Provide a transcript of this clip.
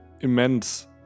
immense